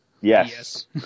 yes